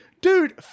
Dude